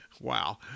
Wow